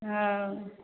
ओ